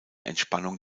entspannung